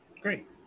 Great